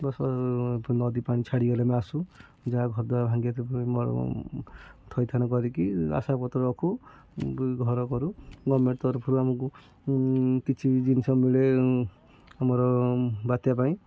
ନଦୀ ପାଣି ଛାଡ଼ିଗଲେ ଆମେ ଆସୁ ଯାହା ଘର ଦ୍ୱାରା ଭାଙ୍ଗିଯାଇ ଥିବ ଥଇଥାନ କରିକି ଆଶାପତ୍ର ରଖୁ ଘର କରୁ ଗର୍ମେଣ୍ଟ୍ ତରଫରୁ ଆମକୁ କିଛି ଜିନିଷ ମିଳେ ଆମର ବାତ୍ୟା ପାଇଁ